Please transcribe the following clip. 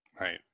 Right